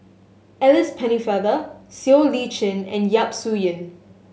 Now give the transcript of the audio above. Alice Pennefather Siow Lee Chin and Yap Su Yin